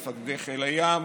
מפקדי חיל הים,